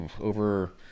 over